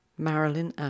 Marilyn